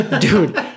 Dude